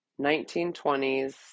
1920s